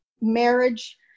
marriage